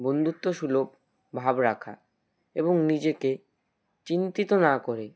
বন্ধুত্ব সুলভ ভাব রাখা এবং নিজেকে চিন্তিত না করে